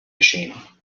machine